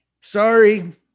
Sorry